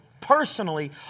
personally